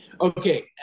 okay